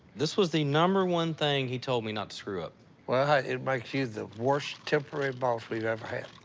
this was the number one thing he told me not to screw up. well it makes you the worst temporary boss we ve ever had.